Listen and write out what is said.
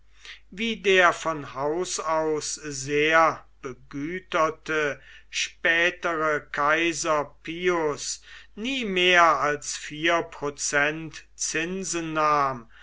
wie der von haus aus sehr begüterte spätere kaiser pius nie mehr als vier prozent zinsen nahm